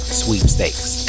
sweepstakes